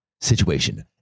Situation